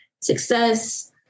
success